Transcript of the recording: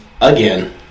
again